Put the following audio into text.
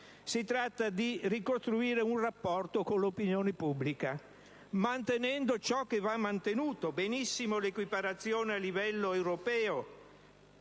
Si tratta di ricostruire un rapporto con l'opinione pubblica, mantenendo ciò che va mantenuto. Va benissimo l'equiparazione a livello europeo,